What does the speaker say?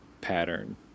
pattern